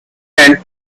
and